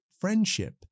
friendship